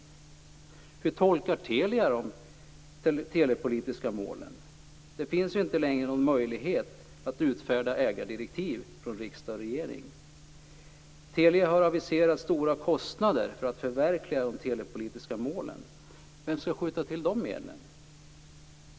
Hur tolkar Telia de telepolitiska målen? Det finns inte längre någon möjlighet att utfärda ägardirektiv från riksdag och regering. Telia har aviserat stora kostnader för att förverkliga de telepolitiska målen. Vem skall skjuta till de medlen?